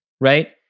right